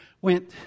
went